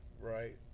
right